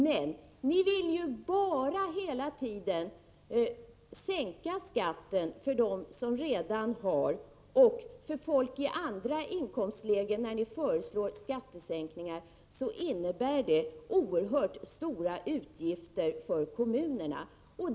Men ni vill ju bara sänka skatten för dem som redan har höga inkomster. När ni föreslår skattesänkningar innebär det oerhört stora utgifter för kommunerna.